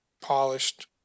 polished